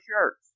shirts